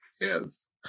Yes